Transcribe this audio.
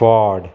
ford